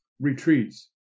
retreats